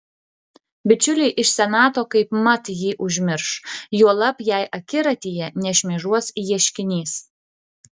bičiuliai iš senato kaipmat jį užmirš juolab jei akiratyje nešmėžuos ieškinys